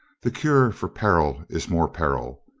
the cure for peril is more peril.